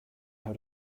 how